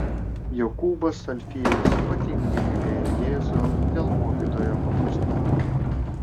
jokūbas alfiejus ypatingai mylėjo jėzų dėl mokytojo paprastumo